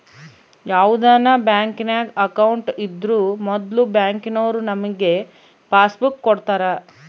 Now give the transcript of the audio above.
ಯಾವುದನ ಬ್ಯಾಂಕಿನಾಗ ಅಕೌಂಟ್ ಇದ್ರೂ ಮೊದ್ಲು ಬ್ಯಾಂಕಿನೋರು ನಮಿಗೆ ಪಾಸ್ಬುಕ್ ಕೊಡ್ತಾರ